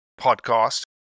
podcast